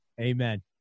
Amen